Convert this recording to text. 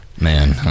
Man